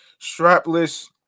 strapless